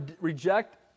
reject